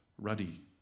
ruddy